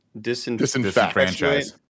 Disenfranchise